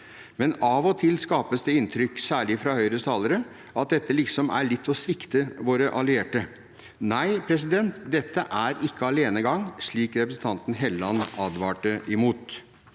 Men av og til skapes det inntrykk, særlig fra Høyres talere, av at dette liksom er litt å svikte våre allierte. Nei, dette er ikke alenegang, slik representanten Helleland advarte mot.